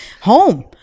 home